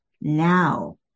now